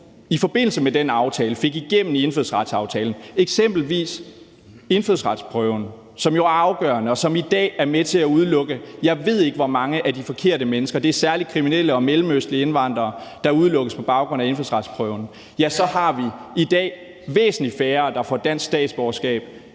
i forbindelse med den aftale fik igennem i indfødsretsaftalen, var eksempelvis indfødsretsprøven, som jo er afgørende og i dag er med til at udelukke, jeg ved ikke hvor mange af de forkerte mennesker. Det er særlig kriminelle og mellemøstlige indvandrere, der udelukkes på baggrund af indfødsretsprøven. Derfor har vi i dag væsentlig færre, der får dansk statsborgerskab,